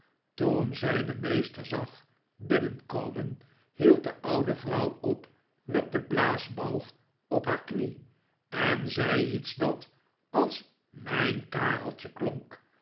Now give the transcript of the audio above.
toen zij den meester zag binnenkomen hield de oude vrouw op met den blaasbalg op haar knie en zei iets dat als mijn kareltje klonk